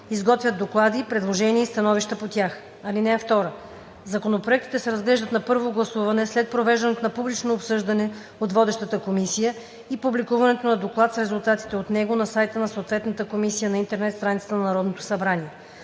изготвят доклади, предложения и становища по тях. (2) Законопроектите се разглеждат на първо гласуване след провеждането на публично обсъждане от водещата комисия и публикуването на доклад с резултатите от него на сайта на съответната комисия на интернет страницата на Народното събрание.